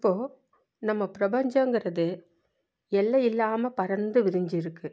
இப்போது நம்ம பிரபஞ்சங்கிறது எல்லையில்லாமல் பரந்து விரிஞ்சிருக்குது